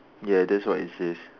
ya that's what it says